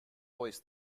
always